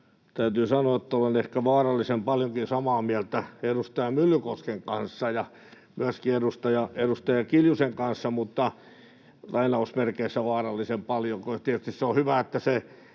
Täytyy sanoa, että olen ehkä vaarallisen paljonkin samaa mieltä edustaja Myllykosken kanssa ja myöskin edustaja Kiljusen kanssa —”vaarallisen paljon” — sillä tietysti on hyvä, jos